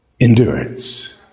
endurance